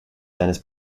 seines